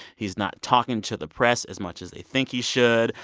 he's not talking to the press as much as they think he should.